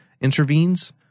intervenes